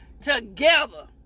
together